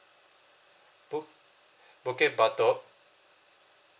bu~ bukit batok